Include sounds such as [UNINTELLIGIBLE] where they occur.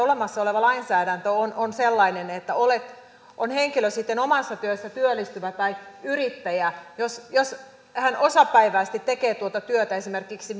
[UNINTELLIGIBLE] olemassa oleva lainsäädäntömme on sellainen että on henkilö sitten omassa työssä työllistyvä tai yrittäjä jos jos hän osapäiväisesti tekee tuota työtä esimerkiksi [UNINTELLIGIBLE]